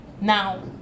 Now